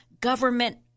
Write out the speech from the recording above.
government